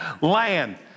land